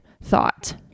thought